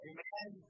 Amen